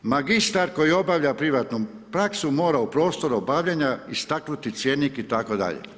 Magistar koji obavlja privatnu praksu mora u prostoru obavljanja istaknuti cjenik itd.